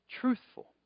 truthful